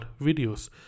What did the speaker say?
videos